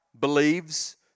believes